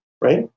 right